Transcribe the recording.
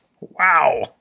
Wow